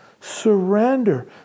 Surrender